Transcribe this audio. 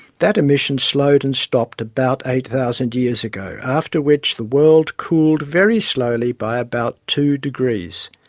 that emission slowed and stopped about eight thousand years ago, after which the world cooled very slowly by about two degrees.